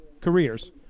careers